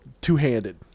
two-handed